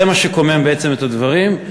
זה מה שקומם בעצם את הדברים.